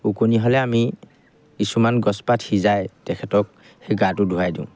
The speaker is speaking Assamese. ওকণি হ'লে আমি কিছুমান গছপাত সিজাই তেখেতক সেই গাটো ধুৱাই দিওঁ